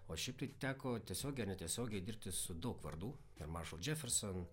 o šiaip tai teko tiesiogiai ar netiesiogiai dirbti su daug vardų ir maršal džeferson